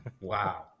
Wow